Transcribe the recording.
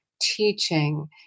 teaching